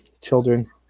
children